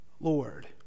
Lord